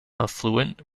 affluent